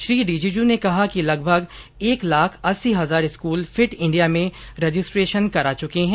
श्री रिजीजू ने कहा कि लगभग एक लाख अस्सी हजार स्कूल फिट इंडिया में रजिस्ट्रेशन करा चुके हैं